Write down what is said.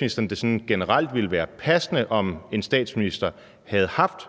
– at det generelt ville havde været passende, at en statsminister havde haft